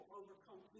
overcome